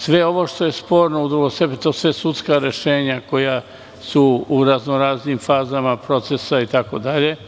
Sve ovo što je sporno, sve su to sudska rešenja koja su u raznoraznim fazama procesa, itd.